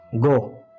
Go